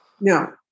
No